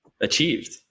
achieved